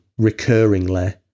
recurringly